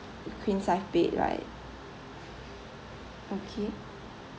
queen size bed right okay